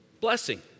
blessing